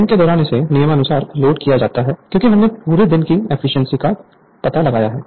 दिन के दौरान इसे निम्नानुसार लोड किया जाता है क्योंकि हमने पूरे दिन की एफिशिएंसी का पता लगाया है